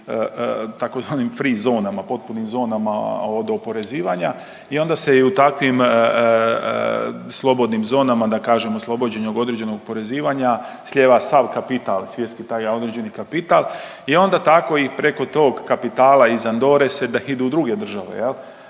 tzv. free zonama, potpunim zonama od oporezivanja i onda se i u takvim slobodnim zonama, da kažem oslobođeni od određenog oporezivanja, slijeva sav kapital, svjetski taj određeni kapital. I onda tako i preko tog kapitala iz Andore se idu u druge države, jel.